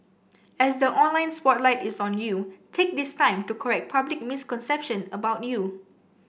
as the online spotlight is on you take this time to correct public misconception about you